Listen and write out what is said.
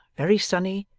very sunny,